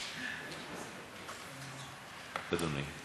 אדוני.